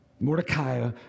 Mordecai